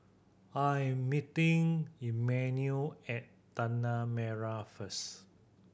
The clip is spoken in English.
I'm meeting Emanuel at Tanah Merah first